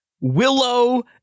Willow